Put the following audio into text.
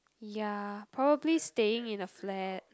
ya probably staying in a flat